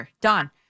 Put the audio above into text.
Don